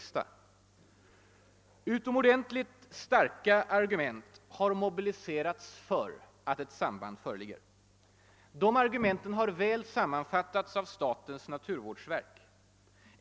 6. Utomordentligt starka argument har mobiliserats för att ett samband föreligger. De har väl sammanfattats av statens naturvårdsverk.